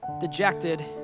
dejected